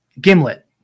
Gimlet